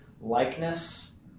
likeness